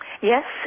Yes